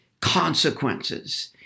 consequences